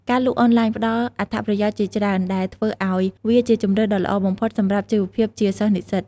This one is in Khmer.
ការលក់អនឡាញផ្ដល់អត្ថប្រយោជន៍ជាច្រើន ដែលធ្វើឲ្យវាជាជម្រើសដ៏ល្អបំផុតសម្រាប់ជីវភាពជាសិស្សនិស្សិត។